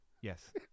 Yes